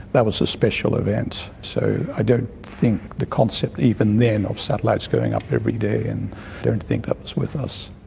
that was a special event. so i don't think the concept even then of satellites going up every day, i and don't think that was with us,